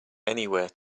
anywhere